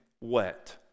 wet